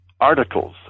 articles